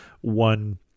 one